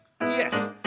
Yes